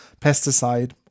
pesticide